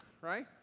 right